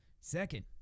Second